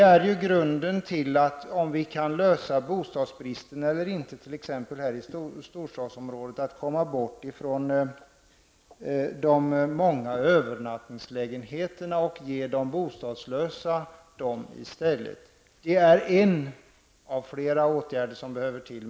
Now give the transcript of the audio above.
Frågan gäller i grunden om bostadsbristen skall kunna lösas i storstadsområden. Det gäller att t.ex. få bort de många övernattningslägenheterna och ge dem i stället till de bostadslösa. Det är en av flera åtgärder som behöver vidtas.